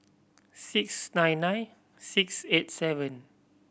six nine nine six eight seven